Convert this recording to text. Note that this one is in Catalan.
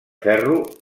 ferro